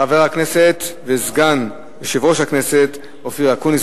חבר הכנסת וסגן יושב-ראש הכנסת אופיר אקוניס,